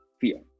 fear